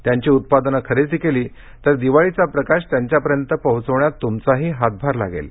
त्यांची उत्पादनं खरेदी केलीत तर दिवाळीचा प्रकाश त्यांच्यापर्यंत पोहोचवण्यात त्मचाही हातभार लागेल